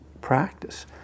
practice